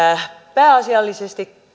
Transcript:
pääasiallisesti